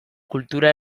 kultura